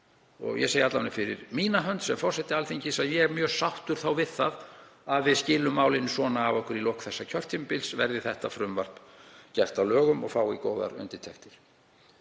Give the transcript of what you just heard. Ég segi, alla vega fyrir mína hönd sem forseti Alþingis, að ég er mjög sáttur við að við skilum málinu svona af okkur í lok kjörtímabilsins, verði þetta frumvarp gert að lögum og fái góðar undirtektir.